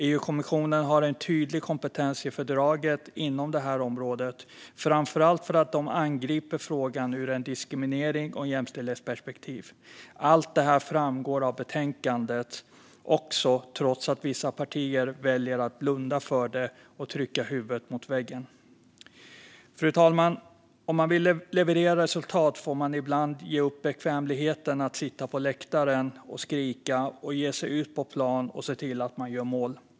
EU-kommissionen har en tydlig kompetens i fördraget inom det här området, framför allt för att de angriper frågan ur ett diskriminerings och jämställdhetsperspektiv. Allt detta framgår också av betänkandet, trots att vissa partier väljer att blunda för det och trycka huvudet mot väggen. Fru talman! Om man vill leverera resultat får man ibland ge upp bekvämligheten att sitta på läktaren och skrika och i stället ge sig ut på plan och se till att man gör mål.